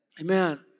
Amen